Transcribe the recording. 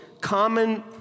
common